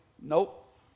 nope